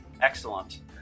Excellent